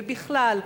ובכלל,